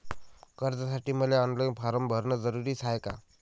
कर्जासाठी मले online form भरन जरुरीच हाय का?